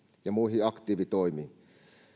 ja muihin aktiivitoimiin